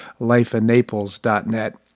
lifeinnaples.net